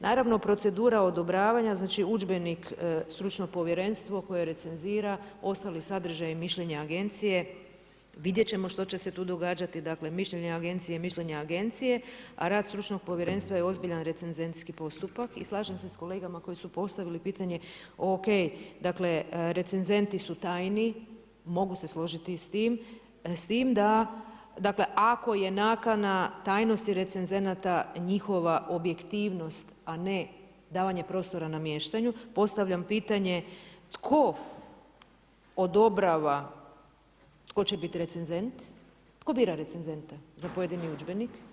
Naravno procedura odobravanja, znači udžbenik, stručno povjerenstvo koje recenzira, ostali sadržaj i mišljenje agencije, vidjet ćemo što će se tu događati, dakle mišljenje agencije i mišljenje agencije, a rad stručnog povjerenstva je ozbiljan recenzentski postupak i slažem se s kolegama koji su postavili pitanje, ok, dakle recenzenti su tajni, mogu se složiti i s tim da dakle ako je nakana tajnosti recenzenata njihova objektivnost, a ne davanja prostora namještanju, postavljam pitanje tko odobrava tko će biti recenzent, tko bira recenzenta za pojedini udžbenik?